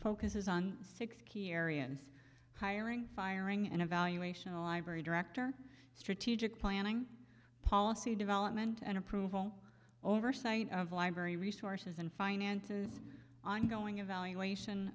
focuses on six key areas hiring firing and evaluation library director strategic planning policy development and approval oversight of library resources and finance and ongoing evaluation